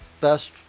best